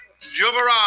jubara